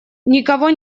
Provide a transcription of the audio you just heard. никого